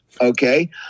Okay